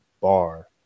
bar